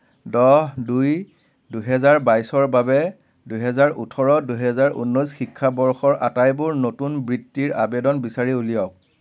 দহ দুই দুহেজাৰ বাইছৰ বাবে দুহেজাৰ ওঠৰ দুহেজাৰ ঊনৈছ শিক্ষাবৰ্ষৰ আটাইবোৰ নতুন বৃত্তিৰ আবেদন বিচাৰি উলিয়াওক